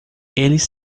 eles